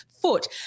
foot